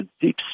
deep